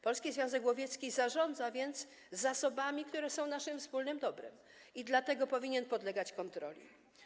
Polski Związek Łowiecki zarządza więc zasobami, które są naszym wspólnym dobrem i dlatego powinien podlegać kontroli.